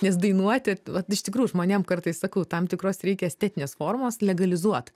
nes dainuoti vat iš tikrųjų žmonėm kartais sakau tam tikros reikia estetinės formos legalizuot